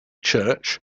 church